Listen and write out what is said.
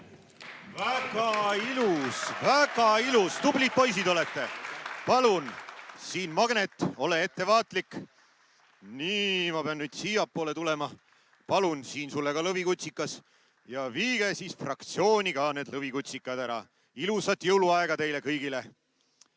Väga ilus, väga ilus. Tublid poisid olete. Palun, siin on magnet! Ole ettevaatlik! Nii. Ma pean nüüd siiapoole tulema. Palun, siin sulle ka lõvikutsikas! Ja viige siis fraktsiooni ka need lõvikutsikad ära. Ilusat jõuluaega teile kõigile!